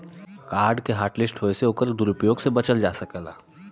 card के hotlist होये से ओकर दुरूप्रयोग से बचल जा सकलै